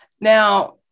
now